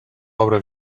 obra